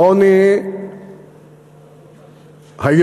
העוני נמצא